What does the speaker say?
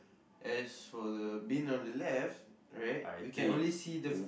as for the bin on the left right we can only see the f~